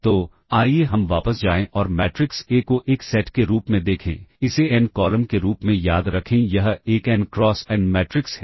तो आइए हम वापस जाएं और मैट्रिक्स ए को एक सेट के रूप में देखें इसे एन कॉलम के रूप में याद रखें यह एक एन क्रॉस एन मैट्रिक्स है